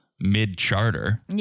mid-charter